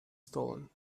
stolen